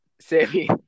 Sammy